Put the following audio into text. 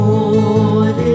Lord